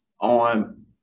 on